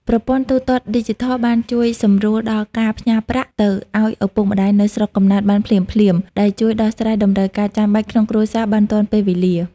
ប្រព័ន្ធទូទាត់ឌីជីថលបានជួយសម្រួលដល់ការផ្ញើប្រាក់ទៅឱ្យឪពុកម្ដាយនៅស្រុកកំណើតបានភ្លាមៗ ដែលជួយដោះស្រាយតម្រូវការចាំបាច់ក្នុងគ្រួសារបានទាន់ពេលវេលា។